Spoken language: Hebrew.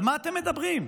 על מה אתם מדברים?